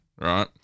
right